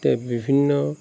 বিভিন্ন